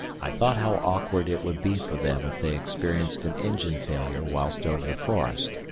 i thought how awkward it would be for them if they experienced an engine failure whilst over the forest,